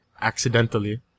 accidentally